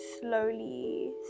slowly